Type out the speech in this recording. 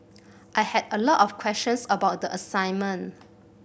I had a lot of questions about the assignment